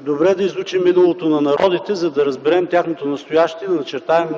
добре да изучим миналото на народите, за да разберем тяхното настояще и да начертаем